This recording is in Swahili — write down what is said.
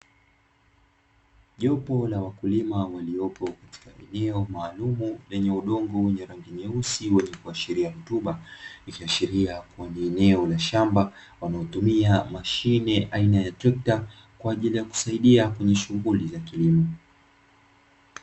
Jopo la wakulima waliopo katika eneo maalumu lenye udongo wenye rangi nyeusi wenye kuashiria rutuba, ikiashiria kua ni eneo la shamba wanalotumia mashine aina ya trekta kwa ajili ya kusaidia kwenye shughuli za kilimo.